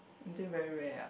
Hen-Jing very rare ah